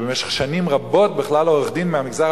שבמשך שנים רבות בכלל עורך-דין מהמגזר